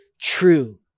true